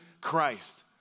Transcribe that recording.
Christ